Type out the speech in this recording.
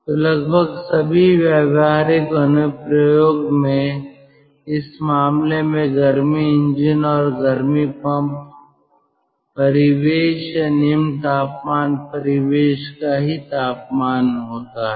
तो लगभग सभी व्यावहारिक अनुप्रयोग में इस मामले में गर्मी इंजन और गर्मी पंप परिवेश का निम्न तापमान परिवेश का ही तापमान होता है